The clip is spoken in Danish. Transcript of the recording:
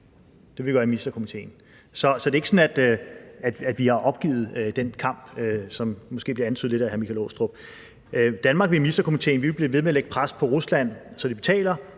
det vil vi gøre i Ministerkomiteen. Så det er ikke sådan, at vi har opgivet den kamp, som det måske lidt bliver antydet af hr. Michael Aastrup Jensen. Danmark vil i Ministerkomiteen blive ved med at lægge pres på Rusland, så de betaler.